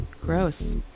gross